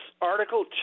Article